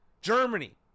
Germany